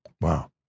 Wow